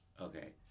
Okay